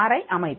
அறை அமைப்பு